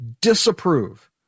disapprove